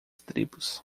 tribos